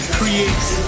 creates